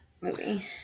movie